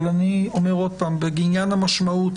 בעניין המשמעות,